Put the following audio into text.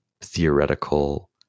theoretical